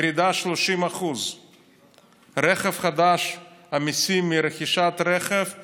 ירידה של 30%. המיסים מרכישת רכב חדש